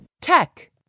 Tech